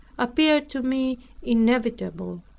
appeared to me inevitable.